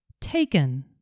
taken